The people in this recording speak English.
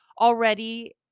already